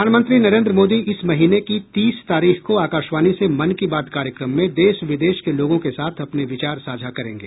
प्रधानमंत्री नरेन्द्र मोदी इस महीने की तीस तारीख को आकाशवाणी से मन की बात कार्यक्रम में देश विदेश के लोगों के साथ अपने विचार साझा करेंगे